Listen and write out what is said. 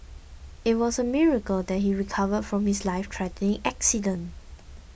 it was a miracle that he recovered from his lifethreatening accident